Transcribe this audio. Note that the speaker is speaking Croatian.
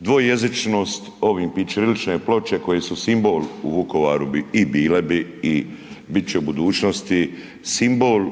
Dvojezičnost ovim i ćirilične ploče koje su simbol u Vukovaru bi i bile bi i bit će u budućnosti simbol